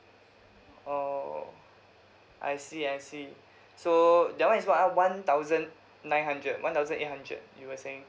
orh I see I see so that one is what ah one thousand nine hundred one thousand eight hundred you were saying